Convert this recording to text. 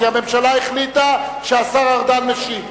כי הממשלה החליטה שהשר ארדן משיב.